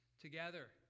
together